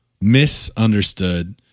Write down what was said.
Misunderstood